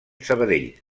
sabadell